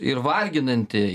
ir varginanti